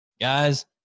Guys